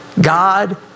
God